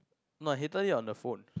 no I hated it on the phone